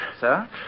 Sir